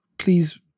please